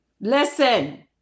listen